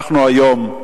אנחנו, היום,